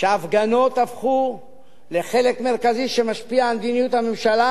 שההפגנות הפכו לחלק מרכזי שמשפיע על מדיניות הממשלה